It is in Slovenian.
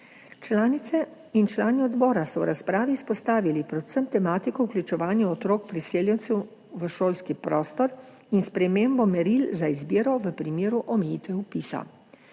Članice in člani odbora so v razpravi izpostavili predvsem tematiko vključevanja otrok priseljencev v šolski prostor in spremembo meril za izbiro v primeru omejitve vpisa.